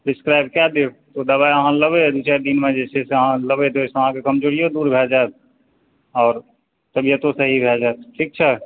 describe कए देब ओ दवाइ अहाँ लेबै दू चारि दिनमे जे छै से अहाँ लेबै ताहिसँ आहाँकऽ कमजोरियो दूर भए जायत आओर तबियतो सही भए जायत ठीक छै